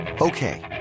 Okay